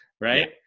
Right